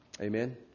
Amen